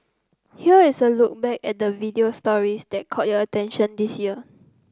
here is a look back at the video stories that caught your attention this year